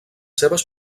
seves